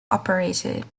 operated